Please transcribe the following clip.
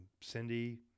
Cindy